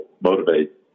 motivate